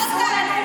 מה האמירות האלה?